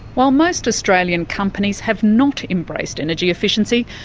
while most australian companies have not embraced energy efficiency,